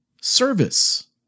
service